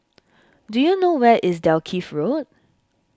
do you know where is Dalkeith Road